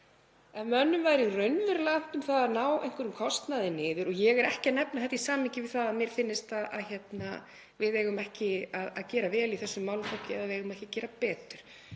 Ef mönnum væri raunverulega annt um að ná einhverjum kostnaði niður — og ég er ekki að nefna þetta í samhengi við það að mér finnist að við eigum ekki að gera vel í þessum málaflokki, eða að við eigum ekki að gera betur,